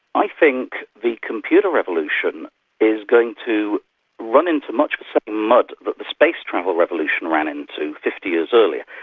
i think the computer revolution is going to run into much sudden mud that the space travel revolution ran into fifty years earlier,